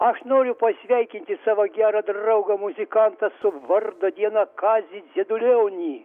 aš noriu pasveikinti savo gerą draugą muzikantą su vardo diena kazį dziedulionį